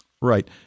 right